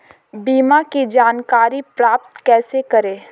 बीमा की जानकारी प्राप्त कैसे करें?